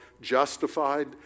justified